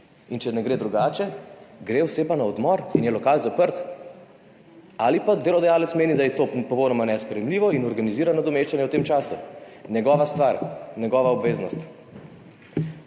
Če ne gre drugače, gre oseba na odmor in je lokal zaprt, ali pa delodajalec meni, da je to popolnoma nesprejemljivo in organizira nadomeščanje v tem času. Njegova stvar, njegova obveznost.